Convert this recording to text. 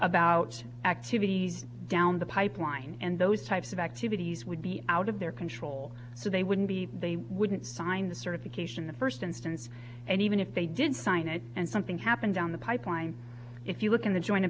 about activities down the pipeline and those types of activities would be out of their control so they wouldn't be they wouldn't sign the certification the first instance and even if they did sign it and something happened down the pipeline if you look in the join